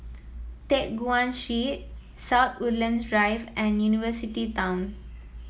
Teck Guan South Woodlands Drive and University Town